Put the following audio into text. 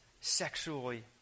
sexually